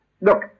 look